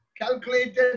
calculated